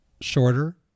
shorter